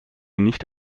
nicht